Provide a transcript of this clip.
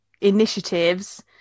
initiatives